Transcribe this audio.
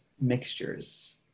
mixtures